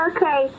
Okay